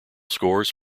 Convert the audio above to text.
scores